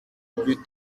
plus